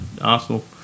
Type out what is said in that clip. Arsenal